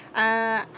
ah